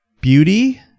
beauty